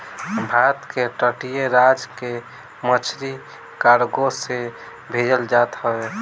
भारत के तटीय राज से मछरी कार्गो से भेजल जात हवे